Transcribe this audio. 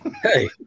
Hey